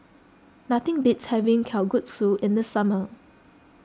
nothing beats having Kalguksu in the summer